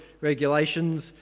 regulations